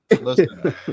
Listen